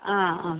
ആ ആ